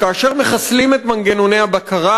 כאשר מחסלים את מנגנוני הבקרה,